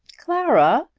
clara!